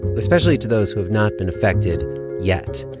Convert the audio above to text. especially to those who have not been affected yet.